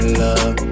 love